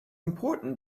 important